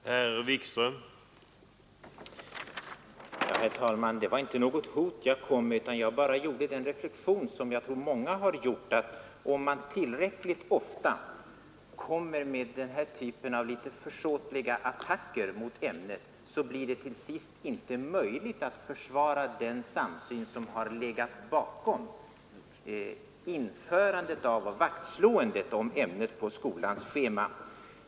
Herr talman! Jag kom inte med något hot utan gjorde bara en reflexion som jag tror många gjort. Om man tillräckligt ofta kommer med den här typen av litet försåtliga attacker mot ämnet, blir det till sist inte möjligt att försvara den samsyn som legat bakom införandet av och vaktslåendet om ämnet på skolans schema.